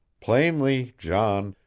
plainly, john,